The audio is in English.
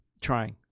trying